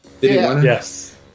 Yes